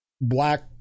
black